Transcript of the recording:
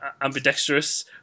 Ambidextrous